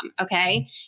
Okay